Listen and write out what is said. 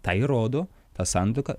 ta įrodo ta santuoka